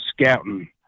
scouting